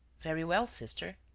very well, sister.